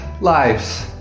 lives